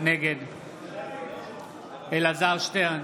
נגד אלעזר שטרן,